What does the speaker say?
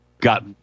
got